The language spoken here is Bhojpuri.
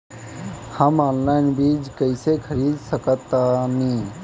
हम ऑनलाइन बीज कईसे खरीद सकतानी?